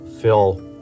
Phil